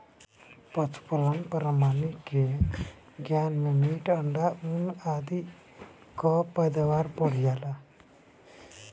पशुपालन प्रणाली के ज्ञान से मीट, अंडा, ऊन आदि कअ पैदावार बढ़ जाला